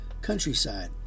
countryside